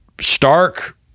stark